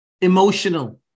emotional